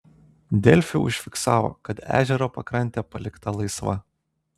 delfi užfiksavo kad ežero pakrantė palikta laisva